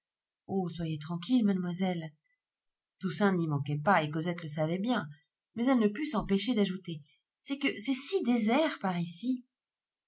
oh soyez tranquille mademoiselle toussaint n'y manquait pas et cosette le savait bien mais elle ne put s'empêcher d'ajouter c'est que c'est si désert par ici